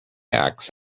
axe